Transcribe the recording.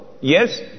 Yes